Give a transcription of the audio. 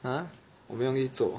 !huh! 我没有东西做